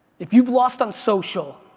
if you've lost on social,